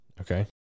Okay